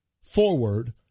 forward